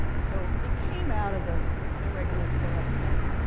so it came out of the irregular plural thing.